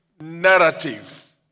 narrative